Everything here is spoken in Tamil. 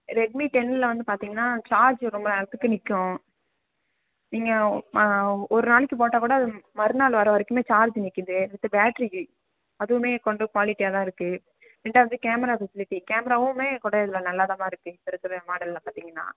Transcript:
ரெட்மி டெனில் வந்து பார்த்தீங்கன்னா சார்ஜ் ரொம்ப நேரத்துக்கு நிற்கும் நீங்கள் ஒரு நாளைக்கு போட்டால் கூட அது மறுநாள் வரை வரைக்குமே சார்ஜ்ஜு நிற்குது வித்து பேட்டரிக்கு அதுவுமே கொஞ்சம் குவாலிட்டியாகதான் இருக்குது ரெண்டாவது கேமரா ஃபெசிலிட்டி கேமராவுமே கூட இதில் நல்லா தாம்மா இருக்குது இப்போ இருக்கிற மாடலில் பார்த்தீங்கன்னா